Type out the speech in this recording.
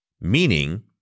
meaning